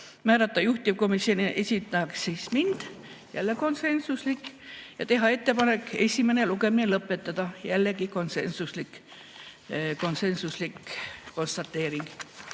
määrata juhtivkomisjoni esindajaks mind, jälle konsensuslik otsus, ja teha ettepanek esimene lugemine lõpetada, jällegi konsensuslik konstateering.